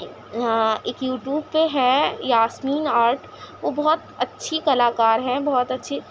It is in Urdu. ہاں ایک یوٹیوب پہ ہے یاسمین آرٹ وہ بہت اچھی کلاکار ہیں بہت اچھی